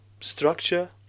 structure